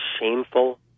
shameful